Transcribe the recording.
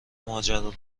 ماجرا